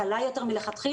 קלה יותר מלכתחילה?